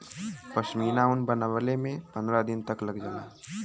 पश्मीना ऊन बनवले में पनरह दिन तक लग जाला